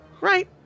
Right